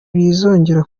bizongera